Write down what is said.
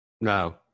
No